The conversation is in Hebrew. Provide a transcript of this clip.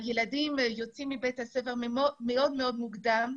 הילדים יוצאים מבית הספר מאוד מוקדם,